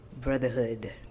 brotherhood